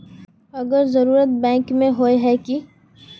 अगर जरूरत बैंक में होय है की?